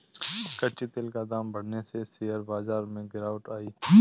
कच्चे तेल का दाम बढ़ने से शेयर बाजार में गिरावट आई